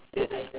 it's